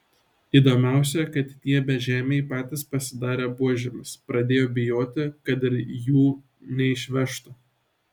įdomiausia kad tie bežemiai patys pasidarė buožėmis pradėjo bijoti kad ir jų neišvežtų